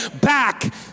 back